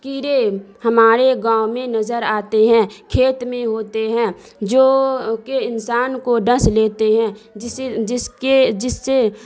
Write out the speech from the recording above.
کیڑے ہمارے گاؤں میں نظر آتے ہیں کھیت میں ہوتے ہیں جو کہ انسان کو ڈنس لیتے ہیں جس کے جس سے